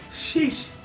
sheesh